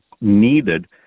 needed